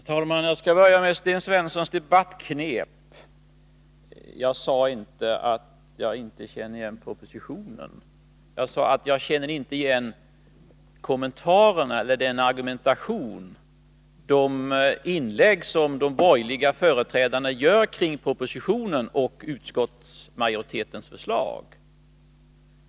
Herr talman! Jag skall börja med Sten Svenssons debattknep. Jag sade inte att jag inte kände igen propositionen. Jag sade att jag inte kände igen den argumentation och de inlägg som de borgerliga företrädarna gör kring propositionen och utskottsmajoritetens förslag.